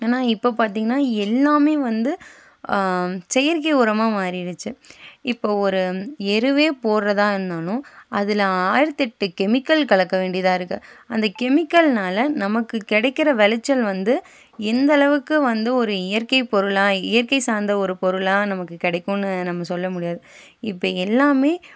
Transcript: ஆனால் இப்போ பார்த்தீங்கன்னா எல்லாம் வந்து செயற்கை உரமாக மாறிருச்சு இப்போ ஒரு எருவே போடுறதா இருந்தாலும் அதில் ஆயிரத்தெட்டு கெமிக்கல் கலக்க வேண்டியதாக இருக்குது அந்த கெமிக்கல்னால நமக்கு கிடைக்கிற விளச்சல் வந்து எந்த அளவுக்கு வந்து ஒரு இயற்கை பொருளாக இயற்கை சார்ந்த ஒரு பொருளாக நமக்கு கிடைக்கும்னு நம்ம சொல்ல முடியாது இப்போ எல்லாம்